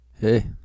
Hey